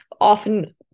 often-